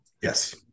Yes